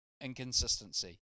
inconsistency